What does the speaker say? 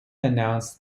announced